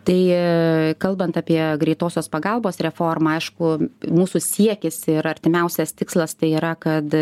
tai kalbant apie greitosios pagalbos reformą aišku mūsų siekis ir artimiausias tikslas tai yra kad